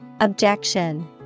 Objection